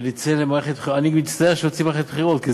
אני מצטער שיוצאים למערכת בחירות,